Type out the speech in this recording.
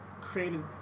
created